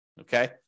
Okay